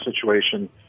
situation